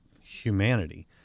humanity